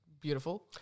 beautiful